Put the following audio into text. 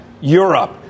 Europe